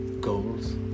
goals